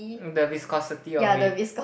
the viscosity of it